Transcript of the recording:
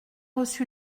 reçu